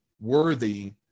worthy